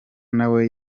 nawe